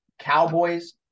Cowboys